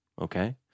okay